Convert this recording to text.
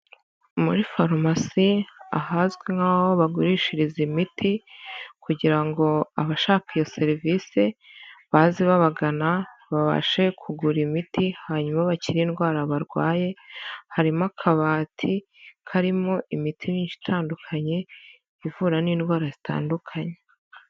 Muri farumasi ahazwi nk'aho bagurishiriza imiti, kugira ngo abashaka iyo serivisi baze babagana babashe kugura imiti hanyuma bakire indwara barwaye, harimo akabati karimo imiti myinshi itandukanye ivura n'indwara zitandukanye.